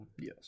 Yes